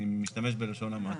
אני משתמש בלשון המעטה.